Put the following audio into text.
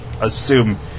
assume